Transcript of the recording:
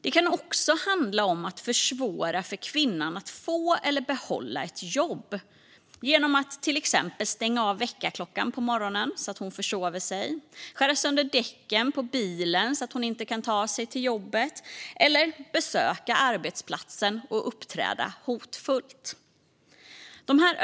Det kan också handla om att försvåra för kvinnan att få eller behålla ett jobb genom att till exempel stänga av väckarklockan på morgonen så att hon försover sig, skära sönder däcken på bilen så att hon inte kan ta sig till jobbet eller besöka arbetsplatsen och uppträda hotfullt.